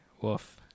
woof